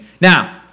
Now